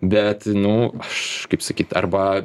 bet nu aš kaip sakyt arba